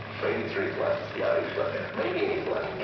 maybe three flats, yeah e flat. maybe a flat,